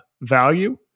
value